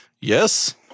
Yes